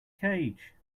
cage